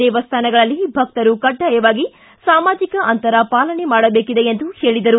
ದೇವಸ್ತಾನಗಳಲ್ಲಿ ಭಕ್ತರು ಕಡ್ಡಾಯವಾಗಿ ಸಾಮಾಜಿಕ ಅಂತರ ಪಾಲನೆ ಮಾಡಬೇಕಿದೆ ಎಂದರು